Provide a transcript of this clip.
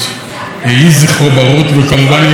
וכמובן יהיה זכרו של דואן ברוך גם כן,